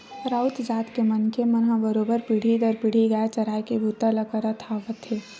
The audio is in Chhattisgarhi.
राउत जात के मनखे मन ह बरोबर पीढ़ी दर पीढ़ी गाय चराए के बूता ल करत आवत हे